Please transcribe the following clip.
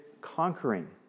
conquering